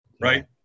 right